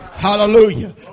Hallelujah